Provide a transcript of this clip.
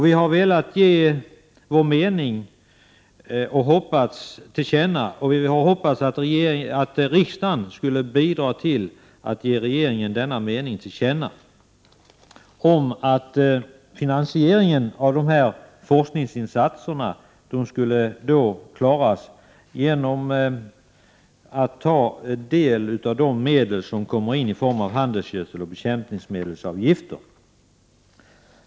Vi har velat ge vår mening till känna — och vi har hoppats att riksdagen skulle bidra till att ge regeringen denna mening till känna — att finansieringen av de forskningsinsatserna skulle klaras genom en del av de medel som kommer in i form av handelsgödseloch bekämpningsmedelsavgifter.